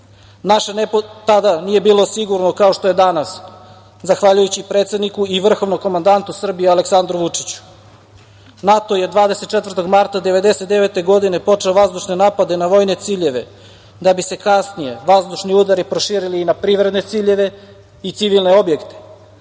SAD.Naše nebo tada nije bilo sigurno kao što je danas. Zahvaljujući predsedniku i vrhovnom komandantu Srbije Aleksandru Vučiću. NATO je 24. marta 1999. godine počeo vazdušne napade na vojne ciljeve, da bi se kasnije vazdušni udari proširili na privredne ciljeve i civilne objekte.